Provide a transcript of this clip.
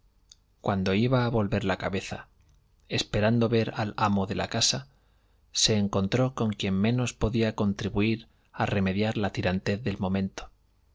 cuando iba a volver la cabeza esperando ver al amo de la casa se encontró con quien menos podía contribuir a remediar la tirantez del momento